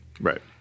Right